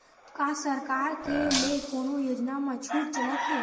का सरकार के ले कोनो योजना म छुट चलत हे?